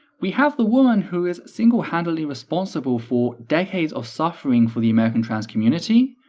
we have the woman who is single handedly responsible for decades of suffering for the american trans community,